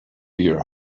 your